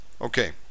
Okay